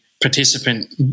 participant